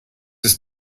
ist